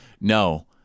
no